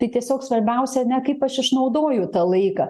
tai tiesiog svarbiausia ane kaip aš išnaudoju tą laiką